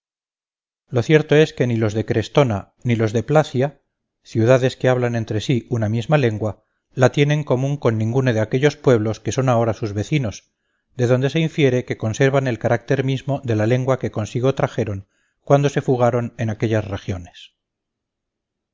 lo cierto es que ni los de crestona ni los de placia ciudades que hablan entre sí una misma lengua la tienen común con ninguno de aquellos pueblos que son ahora sus vecinos de donde se infiere que conservan el carácter mismo de la lengua que consigo trajeron cuando se fugaron en aquellas regiones